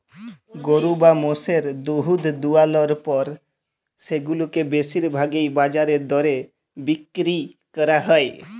গরু বা মোষের দুহুদ দুয়ালর পর সেগুলাকে বেশির ভাগই বাজার দরে বিক্কিরি ক্যরা হ্যয়